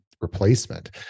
replacement